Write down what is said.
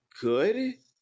good